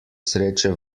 sreče